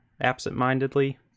absentmindedly